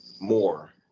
more